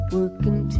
Working